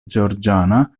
georgiana